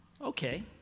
okay